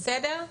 בסדר?